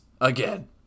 again